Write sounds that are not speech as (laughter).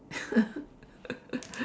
(laughs)